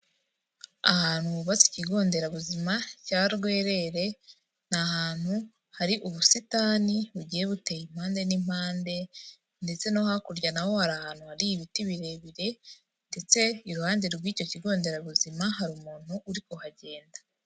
Ahantu hubatse ikigo nderabuzima cya Rwerere ni ahantutu hari ubusitani bugiye buteye impande n'impande ndetse no hakurya naho hari ahantu hari ibiti birebire ndetse iruhande rw'icyo kigo nderabuzima hari umuntu uri kuhagenda.